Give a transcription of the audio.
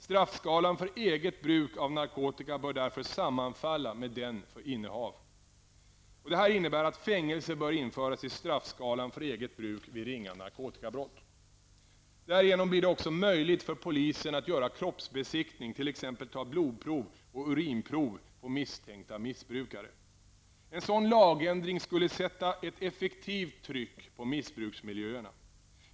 Straffskalan för eget bruk av narkotika bör därför sammanfalla med den för innehav. Detta innebär att fängelse bör införas i straffskalan för eget bruk vid ringa narkotikabrott. Därigenom blir det också möjligt för polisen att göra kroppsbesiktningar, t.ex. ta blodprov och urinprov, på misstänkta missbrukare. En sådan lagändring skulle sätta ett effektivt tryck på missbruksmiljöerna.